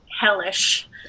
hellish